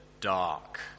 dark